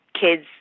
kids